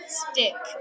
stick